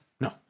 No